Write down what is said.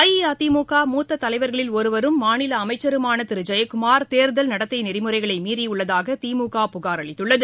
அஇஅதிமுக மூத்த தலைவர்களில் ஒருவரும் மாநில அமைச்சருமான திரு ஜெயக்குமார் தேர்தல் நடத்தை நெறிமுறைகளை மீறியுள்ளதாக திமுக புகார் அளித்துள்ளது